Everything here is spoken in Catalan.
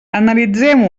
analitzem